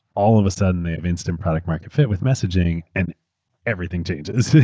all of a sudden, they have instant product-market fit with messaging and everything changes.